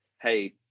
hey